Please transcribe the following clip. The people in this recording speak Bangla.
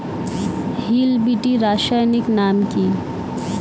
হিল বিটি রাসায়নিক নাম কি?